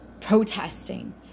protesting